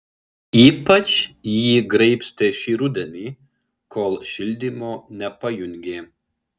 ypač jį graibstė šį rudenį kol šildymo nepajungė